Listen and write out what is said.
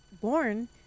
born